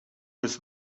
was